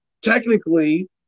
technically